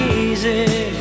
easy